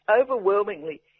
overwhelmingly